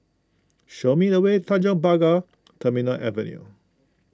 show me the way Tanjong Pagar Terminal Avenue